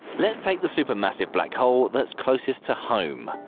let's take the supermassive black hole that's closest to home,